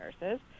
Nurses